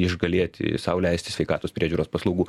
išgalėti sau leisti sveikatos priežiūros paslaugų